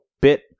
bit